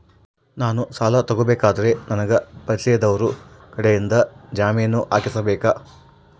ನಾನು ಸಾಲ ತಗೋಬೇಕಾದರೆ ನನಗ ಪರಿಚಯದವರ ಕಡೆಯಿಂದ ಜಾಮೇನು ಹಾಕಿಸಬೇಕಾ?